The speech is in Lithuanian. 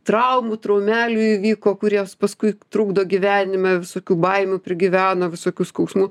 traumų traumelių įvyko kur jos paskui trukdo gyvenime visokių baimių prigyveno visokių skausmų